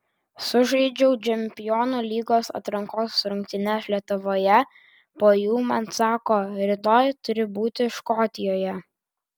sužaidžiau čempionų lygos atrankos rungtynes lietuvoje po jų man sako rytoj turi būti škotijoje